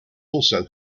also